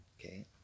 okay